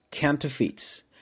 counterfeits